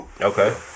Okay